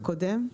הקודם?